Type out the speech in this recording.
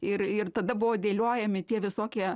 ir ir tada buvo dėliojami tie visokie